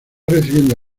recibiendo